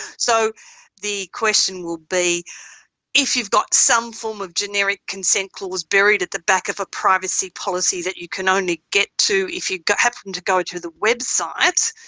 so the question will be if you've got some form of genetic consent clause buried at the back of a privacy policy that you can only get to if you happen to go to the website,